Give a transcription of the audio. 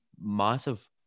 massive